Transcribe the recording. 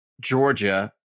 Georgia